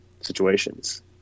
situations